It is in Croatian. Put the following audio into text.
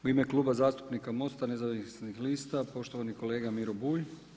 U ime Kluba zastupnika Mosta nezavisnih lista, poštovani kolega Miro Bulj.